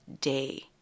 day